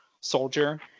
soldier